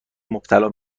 مبتلا